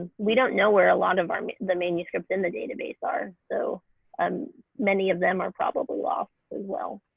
we don't know where a lot of our the manuscripts in the database are so um many of them are probably lost as well.